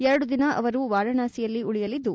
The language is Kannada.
ಎರಡು ದಿನ ಅವರು ವಾರಣಾಸಿಯಲ್ಲಿ ಉಳಿಯಲಿದ್ದು